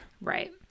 right